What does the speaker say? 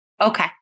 Okay